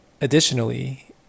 additionally